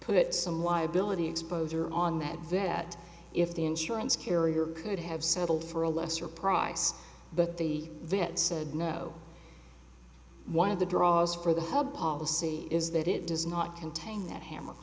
put some liability exposure on that vet if the insurance carrier could have settled for a lesser price but the vet said no one of the draws for the whole policy is that it does not contain that hamm